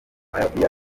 arabie